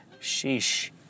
sheesh